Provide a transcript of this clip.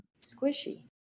Squishy